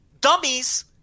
dummies